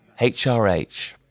HRH